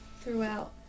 throughout